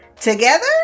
together